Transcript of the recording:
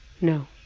no